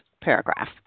paragraph